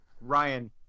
Ryan